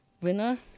winner